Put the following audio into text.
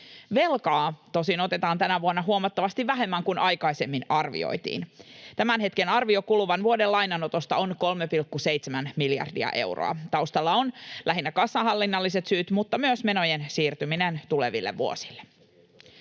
Velkaa tosin otetaan tänä vuonna huomattavasti vähemmän kuin aikaisemmin arvioitiin. Tämän hetken arvio kuluvan vuoden lainanotosta on 3,7 miljardia euroa. Taustalla on lähinnä kassahallinnalliset syyt mutta myös menojen siirtyminen tuleville vuosille.